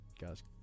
guys